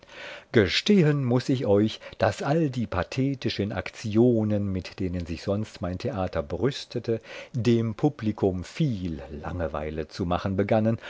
gestehen muß ich euch daß all die pathetischen aktionen mit denen sich sonst mein theater brüstete dem publikum viel langeweile zu machen begannen